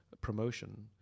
promotion